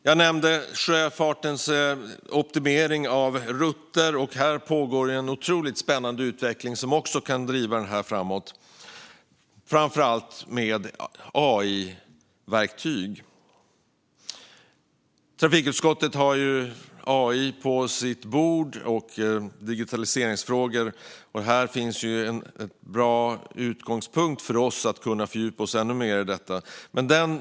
Jag nämnde sjöfartens optimering av rutter. Här pågår en otroligt spännande utveckling som också kan driva det här framåt, framför allt med AI-verktyg. Trafikutskottet har AI och digitaliseringsfrågor på sitt bord. Här finns en bra utgångspunkt för oss för att kunna fördjupa oss ännu mer i detta.